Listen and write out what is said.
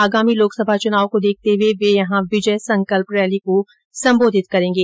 आगामी लोकसभा चुनाव को देखते हुए वे यहां विजय संकल्प रैली को संबोधित करेंगे